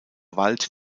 wald